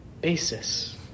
basis